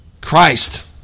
Christ